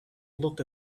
look